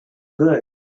good